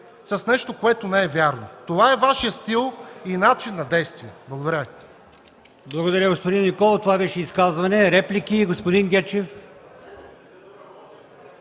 с нещо, което не е вярно. Това е Вашият стил и начин на действие. Благодаря